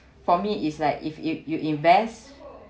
for me is like if you you invest